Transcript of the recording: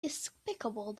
despicable